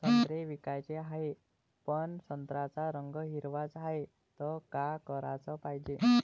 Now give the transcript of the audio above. संत्रे विकाचे हाये, पन संत्र्याचा रंग हिरवाच हाये, त का कराच पायजे?